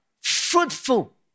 fruitful